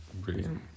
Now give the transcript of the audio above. Brilliant